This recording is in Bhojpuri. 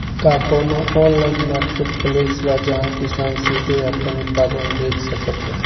का कोनो ऑनलाइन मार्केटप्लेस बा जहां किसान सीधे अपन उत्पाद बेच सकता?